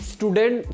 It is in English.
Student